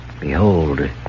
Behold